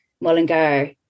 Mullingar